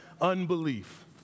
unbelief